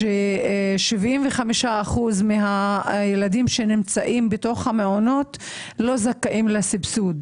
ש-75% מהילדים שנמצאים בתוך המעונות לא זכאים לסבסוד.